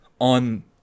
on